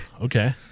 okay